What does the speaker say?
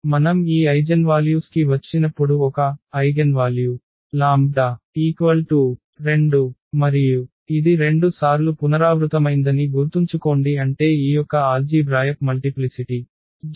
మనం ఈ ఐజెన్వాల్యూస్కి వచ్చినప్పుడు ఒక ఐగెన్వాల్యూ λ 2 మరియు ఇది 2 సార్లు పునరావృతమైందని గుర్తుంచుకోండి అంటే ఈయొక్క ఆల్జీభ్రాయక్ మల్టిప్లిసిటి ge 2 2